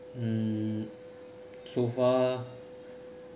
mm so far